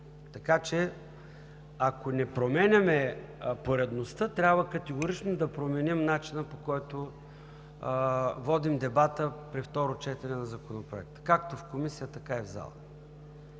Така че, ако не променяме поредността, трябва категорично да променим начина, по който водим дебата при второ четене на Законопроекта както в Комисията, така и в залата.